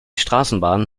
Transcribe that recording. straßenbahn